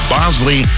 Bosley